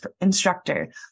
instructor